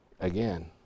again